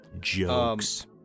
Jokes